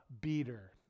beater